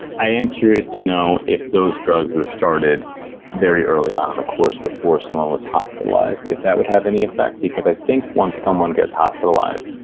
i am curious to know if those drugs were started very early on in the course before someone was hospitalized if that would have any effect, because i think once someone gets hospitalized,